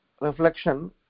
reflection